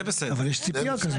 אבל יש ציפייה כזאת.